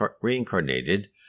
reincarnated